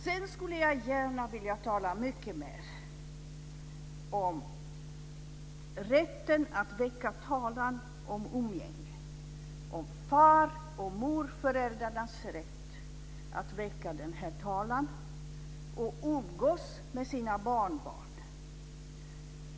Sedan skulle jag gärna vilja tala mycket mer om rätten att väcka talan om umgänge, om far och morföräldrarnas rätt att väcka den här talan och umgås med sina barnbarn.